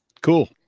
Cool